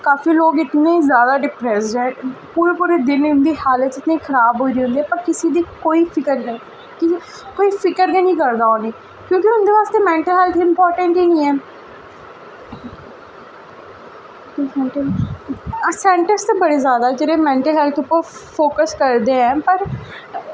काफी जादा लोग इन्ने जादा डिप्रैस्ड ऐं पूरा पूरा दिन उं'दी हालत इन्नी खराब होई दी होंदी ऐ बट किसै दी कोई फिकर निं कोई फिकर गै निं करदा ओह्दी फिकर उं'दे बास्तै मैंटल हैल्थ इंपार्टैंट गै निं ऐ सैंटरस दे बड़े जादा ऐं जेह्ड़े मैंटल हैल्थ उप्पर फोकस करदे ऐं पर